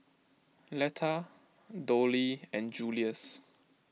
Letta Dollie and Julius